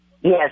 Yes